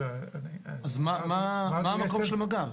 אז מה המקום של מג"ב?